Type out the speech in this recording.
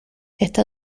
está